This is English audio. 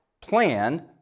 plan